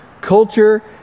culture